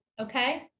Okay